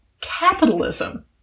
capitalism